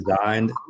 designed